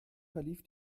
verlief